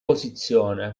posizione